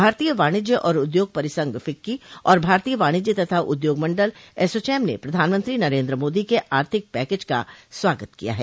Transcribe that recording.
भारतीय वाणिज्य और उद्योग परिसंध फिक्की और भारतीय वाणिज्य तथा उद्याग मंडल एसोचैम ने प्रधानमंत्री नरेन्द्र मोदी के आर्थिक पैकेज का स्वागत किया है